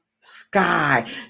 sky